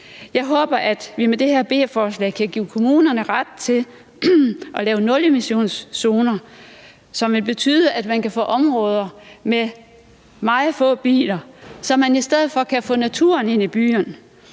Jeg håber, at vi med det her B-forslag kan give kommunerne ret til at lave nulemissionszoner, som vil betyde, at man kan få områder, hvor der er meget få biler, og så man i stedet for kan få naturen ind i byen.